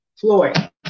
Floyd